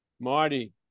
marty